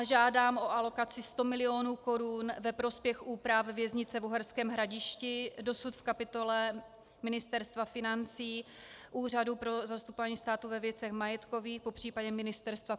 Žádám o alokaci 100 mil. korun ve prospěch úprav věznice v Uherském Hradišti, dosud v kapitole Ministerstva financí, Úřadu pro zastupování státu ve věcech majetkových, popřípadě Ministerstva kultury.